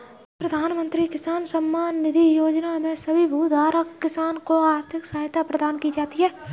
प्रधानमंत्री किसान सम्मान निधि योजना में सभी भूधारक किसान को आर्थिक सहायता प्रदान की जाती है